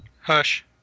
Hush